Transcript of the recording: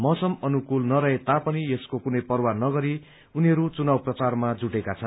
मौसम अनुकूल नरहे तापनि यसको कुनै पर्वाह नगरी उनीहरू चुनाव प्रचारमा जुटेका छन्